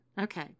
okay